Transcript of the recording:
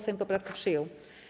Sejm poprawkę przyjął.